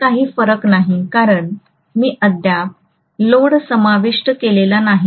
त्यात काही फरक नाही कारण मी अद्याप लोड समाविष्ट केलेला नाही